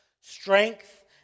strength